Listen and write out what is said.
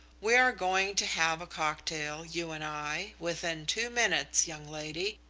we are going to have a cocktail, you and i, within two minutes, young lady,